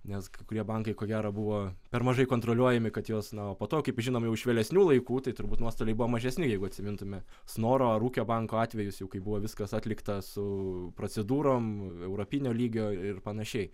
nes kai kurie bankai ko gero buvo per mažai kontroliuojami kad jos na o po to kaip žinom jau iš vėlesnių laikų tai turbūt nuostoliai buvo mažesni jeigu atsimintume snoro ar ūkio banko atvejis jau kai buvo viskas atlikta su procedūrom europinio lygio ir panašiai